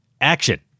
action